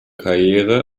karriere